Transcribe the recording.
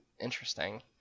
interesting